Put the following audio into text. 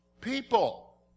People